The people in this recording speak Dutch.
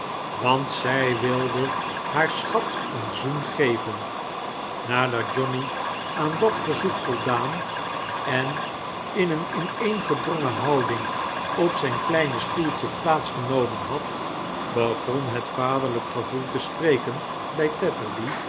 want zij wilde haar achat een zoen geven nadat johnny aan dat verzoek voldaan en in een ineengedrongein houding op zijn kleine stoeltje plaats genomen had begon het vaderlijk gevoel te spreken bij